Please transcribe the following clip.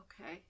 okay